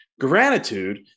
gratitude